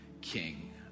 king